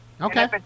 Okay